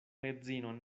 edzinon